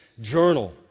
journal